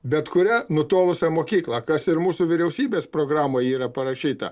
bet kurią nutolusią mokyklą kas ir mūsų vyriausybės programoj yra parašyta